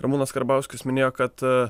ramūnas karbauskis minėjo kad